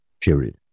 period